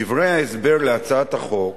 דברי ההסבר להצעת החוק